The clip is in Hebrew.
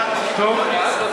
השר אקוניס,